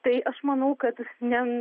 tai aš manau kad ne